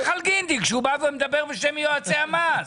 על גינדי כשהוא בא ומדבר בשם יועצי המס.